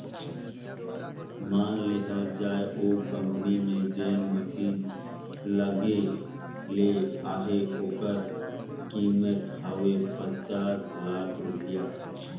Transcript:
माएन लेहल जाए ओ कंपनी में जेन मसीन लगे ले अहे ओकर कीमेत हवे पाच लाख रूपिया